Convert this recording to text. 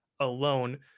Alone